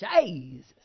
Jesus